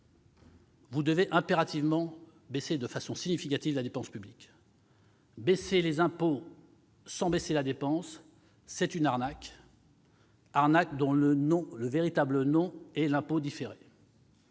vous devez impérativement baisser de façon significative la dépense publique. Baisser les impôts sans baisser la dépense, c'est une arnaque, dont le véritable nom est « impôt différé